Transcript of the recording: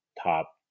top